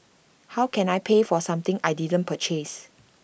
how can I pay for something I didn't purchase